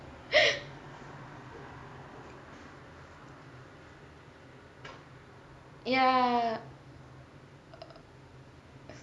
ya ya